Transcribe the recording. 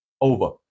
over